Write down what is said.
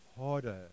harder